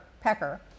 pecker